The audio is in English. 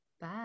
bye